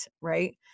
Right